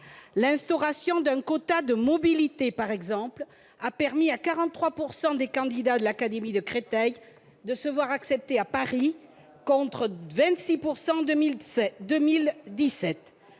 L'instauration d'un quota de mobilité, par exemple, a permis à 43 % des candidats de l'académie de Créteil de se voir acceptés à Paris, contre 26 % en 2017.